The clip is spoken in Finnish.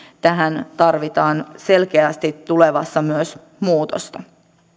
tähän tarvitaan selkeästi tulevassa myös muutosta